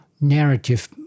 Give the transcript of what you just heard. narrative